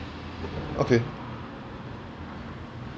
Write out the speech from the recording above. okay